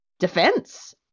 defense